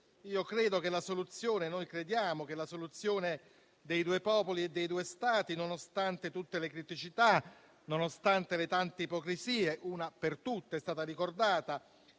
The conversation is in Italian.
lettera morta. Noi crediamo che la soluzione dei due popoli e dei due Stati, nonostante tutte le criticità, nonostante le tante ipocrisie - una per tutte è stata ricordata,